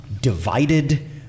divided